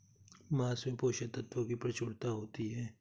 माँस में पोषक तत्त्वों की प्रचूरता होती है